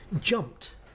jumped